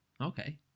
Okay